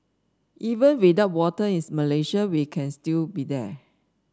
even without winter in Malaysia we can still be there